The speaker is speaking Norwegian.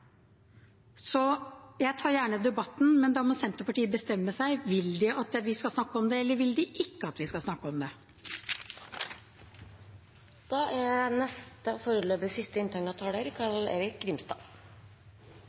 Jeg tar gjerne debatten, men da må Senterpartiet bestemme seg: Vil de at vi skal snakke om det, eller vil de ikke at vi skal snakke om det? Jeg tar ordet nå først og